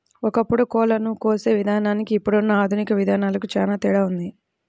ఒకప్పుడు కోళ్ళను కోసే విధానానికి ఇప్పుడున్న ఆధునిక విధానాలకు చానా తేడా ఉంది